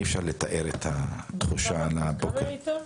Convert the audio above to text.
אי אפשר לתאר את התחושה מהבוקר.